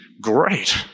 great